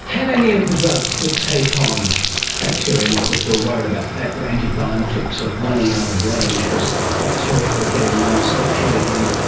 have any of the drugs that take on bacteria, and of course we are worried about the fact that antibiotics are running out of range because the bacteria are getting one step ahead again,